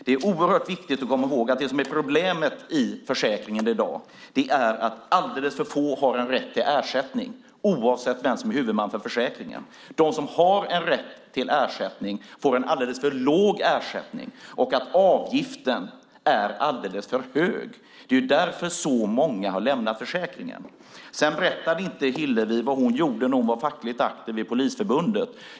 Det är oerhört viktigt att komma ihåg att det som är problemet i försäkringen i dag är att alldeles för få har rätt till ersättning, oavsett vem som är huvudman för försäkringen, att de som har rätt till ersättning får alldeles för låg ersättning och att avgiften är alldeles för hög. Det är ju därför så många har lämnat försäkringen. Sedan berättade inte Hillevi vad hon gjorde när hon var fackligt aktiv i Polisförbundet.